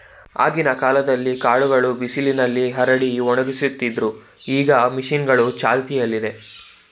ಆಗಿನ ಕಾಲ್ದಲ್ಲೀ ಕಾಳನ್ನ ಬಿಸಿಲ್ನಲ್ಲಿ ಹರಡಿ ಒಣಗಿಸ್ತಿದ್ರು ಈಗ ಮಷೀನ್ಗಳೂ ಚಾಲ್ತಿಯಲ್ಲಿದೆ